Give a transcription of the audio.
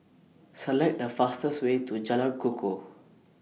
Select The fastest Way to Jalan Kukoh